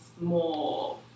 more